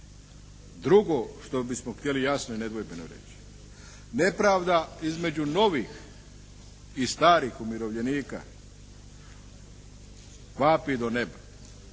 Drugo, što bismo htjeli jasno i nedvojbeno reći. Nepravda između novih i starih umirovljenika vapi do neba.